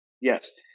Yes